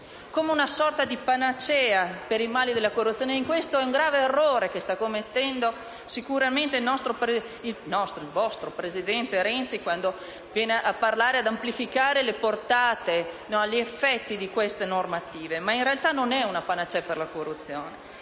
come una sorta di panacea per il male della corruzione, e questo è un grave errore che sta commettendo sicuramente il vostro presidente Renzi quando viene a parlare, amplificando gli effetti di queste previsioni normative. In realtà, non è una panacea per la corruzione.